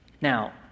Now